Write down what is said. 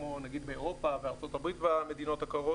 כמו נגיד באירופה ובארצות הברית במדינות הקרות